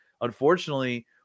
unfortunately